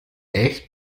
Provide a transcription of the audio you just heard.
echt